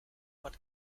what